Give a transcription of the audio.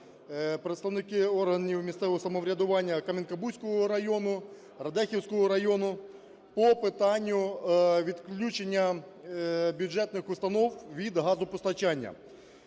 представники органів місцевого самоврядування Кам'янка-Бузького району, Радехівського району по питанню відключення бюджетних установ від газопостачання.